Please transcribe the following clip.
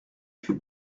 plus